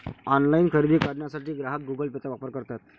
online खरेदी करण्यासाठी ग्राहक गुगल पेचा वापर करतात